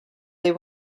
they